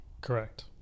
Correct